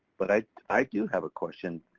but i i do have a question